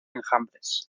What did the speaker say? enjambres